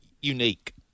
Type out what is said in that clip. unique